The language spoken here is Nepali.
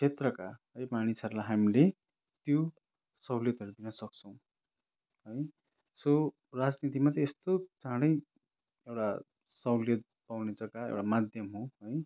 छेत्रका है मानिसहरूलाई हामीले त्यो साहुलियतहरू दिन सक्छौँ है सो राजनीति मात्रै यस्तो चाँडै एउटा साहुलियत पाउने जग्गा एउटा माध्यम हो है